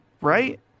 right